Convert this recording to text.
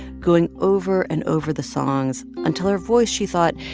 going over and over the songs until her voice, she thought,